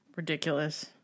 Ridiculous